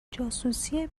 جاسوسی